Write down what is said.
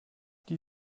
die